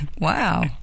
Wow